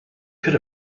could